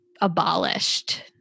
abolished